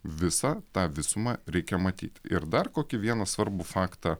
visą tą visumą reikia matyt ir dar kokį vieną svarbų faktą